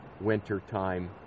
wintertime